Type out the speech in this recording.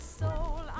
soul